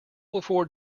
before